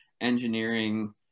engineering